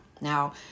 Now